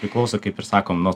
priklauso kaip ir sakom nuo